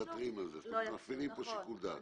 אז מוותרים על זה, כלומר מפעילים פה שיקול דעת.